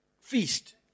feast